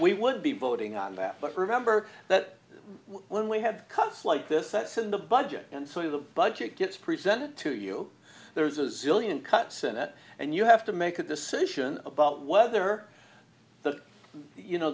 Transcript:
we would be voting on that but remember that when we had cuts like this that's in the budget and some of the budget gets presented to you there's a zillion cuts in it and you have to make a decision about whether the you know